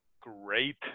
great